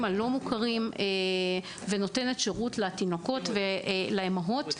הלא-מוכרים ונותנת שירות לתינוקות ולאימהות.